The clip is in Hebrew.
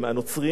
שלא ידבר מלה.